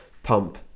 pump